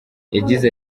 yagize